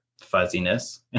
fuzziness